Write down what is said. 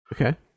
Okay